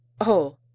Oh